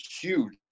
huge